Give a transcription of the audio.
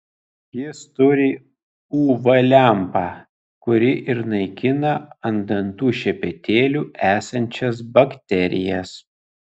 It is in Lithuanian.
jis turi uv lempą kuri ir naikina ant dantų šepetėlių esančias bakterijas